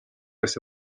ese